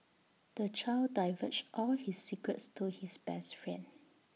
the child divulged all his secrets to his best friend